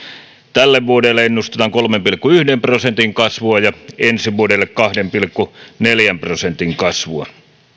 tälle vuodelle ennustetaan kolmen pilkku yhden prosentin kasvua ja ensi vuodelle kahden pilkku neljän prosentin kasvua